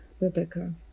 Rebecca